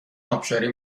ابشاری